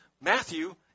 Matthew